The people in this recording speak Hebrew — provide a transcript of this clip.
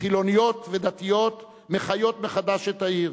חילוניות ודתיות מחיות מחדש את העיר.